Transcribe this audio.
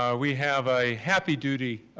um we have a happy duty